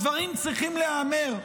הדברים צריכים להיאמר,